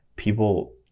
people